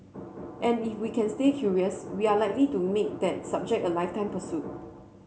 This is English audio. and if we can stay curious we are likely to make that subject a lifetime pursuit